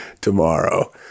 tomorrow